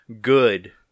good